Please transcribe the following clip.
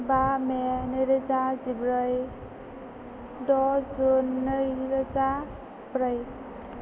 बा मे नैरोजा जिब्रै द' जुन नैरोजा ब्रै